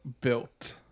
built